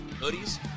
hoodies